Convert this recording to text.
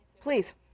please